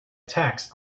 tax